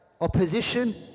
opposition